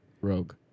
Rogue